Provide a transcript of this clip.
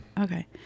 Okay